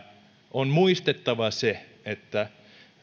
on muistettava se että